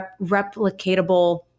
replicatable